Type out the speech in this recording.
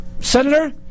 Senator